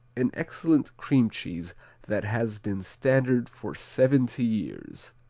an excellent cream cheese that has been standard for seventy years.